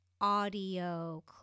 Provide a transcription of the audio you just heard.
audio